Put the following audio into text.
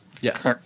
Yes